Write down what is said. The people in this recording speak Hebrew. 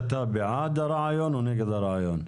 אתה בעד הרעיון או נגד הרעיון?